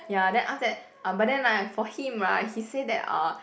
ya then after that uh but then like for him right he said that uh